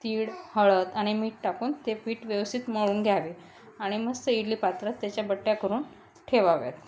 तीळ हळद आणि मीठ टाकून ते पीठ व्यवस्थित मळून घ्यावे आणि मस्त इडली पात्रात त्याच्या बट्ट्या करून ठेवाव्यात